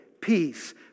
peace